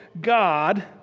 God